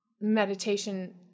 meditation